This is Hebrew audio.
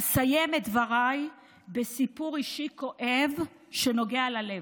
אסיים את דבריי בסיפור אישי כואב שנוגע ללב.